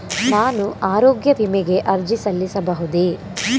ನಾನು ಆರೋಗ್ಯ ವಿಮೆಗೆ ಅರ್ಜಿ ಸಲ್ಲಿಸಬಹುದೇ?